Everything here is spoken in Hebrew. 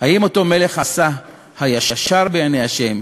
האם אותו מלך עשה הישר בעיני ה',